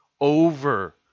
over